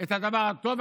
את הדבר הטוב,